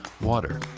water